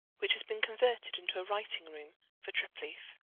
which has been converted into a writing-room for treplieff.